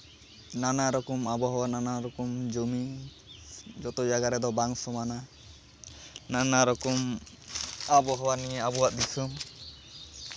ᱱᱟᱱᱟ ᱨᱚᱠᱚᱢ ᱟᱵᱚᱦᱟᱣᱟ ᱱᱟᱱᱟ ᱨᱚᱠᱚᱢ ᱡᱚᱢᱤ ᱡᱚᱛᱚ ᱡᱟᱭᱜᱟ ᱨᱮᱫᱚ ᱵᱟᱝ ᱥᱚᱢᱟᱱᱟ ᱱᱟᱱᱟ ᱨᱚᱠᱚᱢ ᱟᱵᱚᱦᱟᱣᱟ ᱱᱤᱭᱮ ᱟᱵᱚᱣᱟᱜ ᱫᱤᱥᱟᱹᱢ